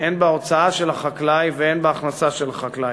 הן בהוצאה של החקלאי והן בהכנסה של החקלאי.